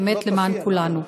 באמת למען כולנו.